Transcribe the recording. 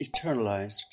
eternalized